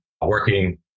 working